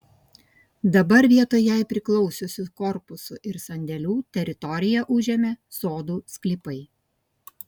dabar vietoj jai priklausiusių korpusų ir sandėlių teritoriją užėmė sodų sklypai